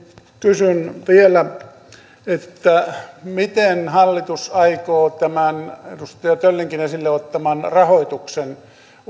kysyn vielä miten hallitus aikoo tämän edustaja töllinkin esille ottaman